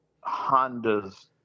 Honda's